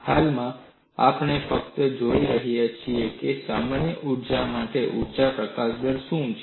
હાલમાં આપણે ફક્ત જઈને જોઈશું કે આ સમસ્યા માટે ઊર્જા પ્રકાશન દર શું છે